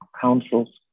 councils